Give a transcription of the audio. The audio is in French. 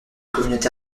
communauté